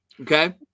okay